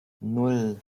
nan